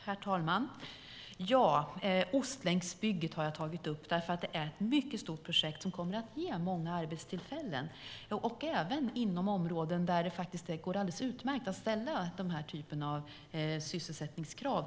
Herr talman! Ostlänksbygget har jag tagit upp eftersom det är ett mycket stort projekt som kommer att ge många arbetstillfällen, även inom områden där det går alldeles utmärkt att ställa den här typen av sysselsättningskrav.